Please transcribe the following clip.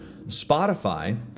Spotify